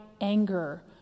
anger